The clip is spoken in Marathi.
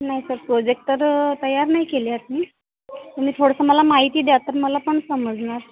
नाही सर प्रोजेक्ट तर तयार नाही केले आहेत मी तुम्ही थोडंसं मला माहिती द्या तर मला पण समजणार